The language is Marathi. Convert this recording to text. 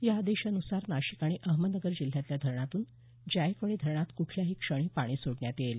या आदेशानुसार नाशिक आणि अहमदनगर जिल्ह्यातल्या धरणातून जायकवाडी धरणात कुठल्याही क्षणी पाणी सोडण्यात येईल